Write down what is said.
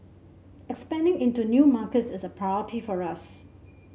expanding into new markets is a priority for us